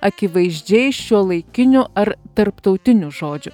akivaizdžiai šiuolaikinių ar tarptautinių žodžių